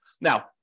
Now